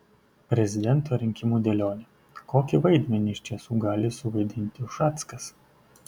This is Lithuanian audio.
prezidento rinkimų dėlionė kokį vaidmenį iš tiesų gali suvaidinti ušackas